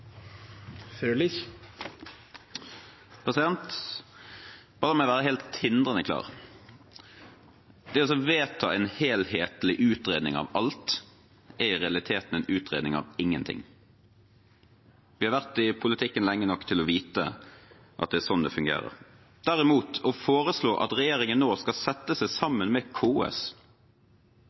i realiteten en utredning av ingenting. Vi har vært i politikken lenge nok til å vite at det er sånn det fungerer. Derimot: Å foreslå at regjeringen nå skal sette seg sammen med KS